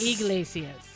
Iglesias